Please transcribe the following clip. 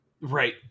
right